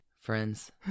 friends